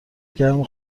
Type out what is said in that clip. گرم